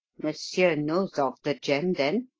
monsieur knows of the gem, then?